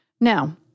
Now